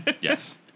Yes